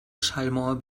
schallmauer